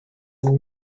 and